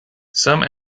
some